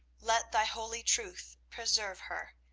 let thy holy truth preserve her.